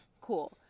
Cool